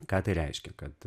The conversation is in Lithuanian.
ką tai reiškia kad